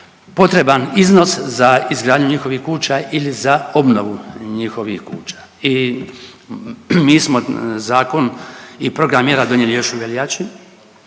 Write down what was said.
potreban iznos za izgradnju njihovih kuća ili za obnovu njihovih kuća. I mi smo zakon i program mjera donijeli još u veljači,